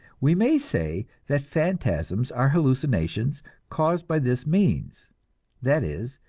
we may say that phantasms are hallucinations caused by this means that is,